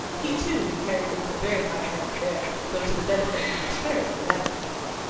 he, too, had carried it with a very high hand there, though to the benefit and prosperity of that country.